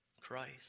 Christ